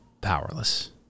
powerless